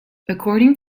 according